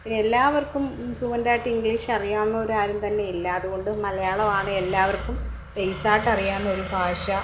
പിന്നെ എല്ലാവർക്കും ഫ്ലുവൻറ്റ് ആയിട്ട് ഇംഗ്ലീഷ് അറിയാവുന്നവരാരും തന്നെ ഇല്ല അതുകൊണ്ട് മലയാളമാണ് എല്ലാവർക്കും ബേസ് ആയിട്ട് അറിയാവുന്ന ഒരു ഭാഷ